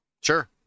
Sure